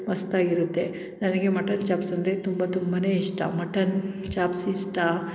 ಮಸ್ತ್ ಆಗಿರುತ್ತೆ ನನಗೆ ಮಟನ್ ಚಾಪ್ಸ್ ಅಂದರೆ ತುಂಬ ತುಂಬನೇ ಇಷ್ಟ ಮಟನ್ ಚಾಪ್ಸ್ ಇಷ್ಟ